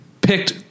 picked